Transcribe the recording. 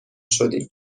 شدیم